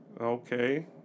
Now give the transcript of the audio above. Okay